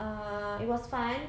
uh it was fun